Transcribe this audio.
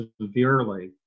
severely